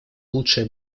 лучшее